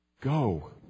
Go